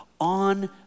on